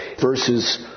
verses